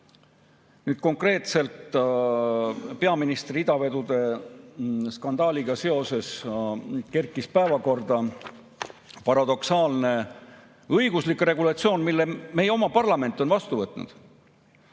ole. Konkreetselt peaministri idavedude skandaaliga seoses kerkis päevakorda paradoksaalne õiguslik regulatsioon, mille meie oma parlament on vastu võtnud.